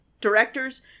directors